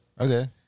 Okay